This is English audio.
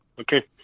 Okay